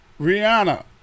rihanna